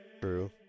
True